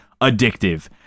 addictive